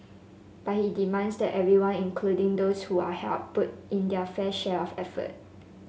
but he demands that everyone including those who are helped put in their fair share of effort